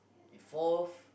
if forth